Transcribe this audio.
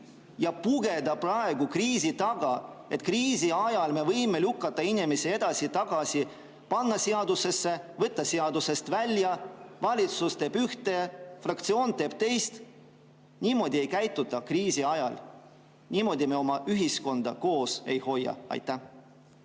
Pugeda praegu kriisi taha, et kriisi ajal me võime lükata inimest edasi-tagasi, panna seadusesse, võtta seadusest välja, valitsus teeb ühte, fraktsioon teeb teist – niimoodi kriisi ajal ei käituta. Niimoodi me oma ühiskonda koos ei hoia. Aitäh!